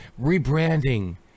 rebranding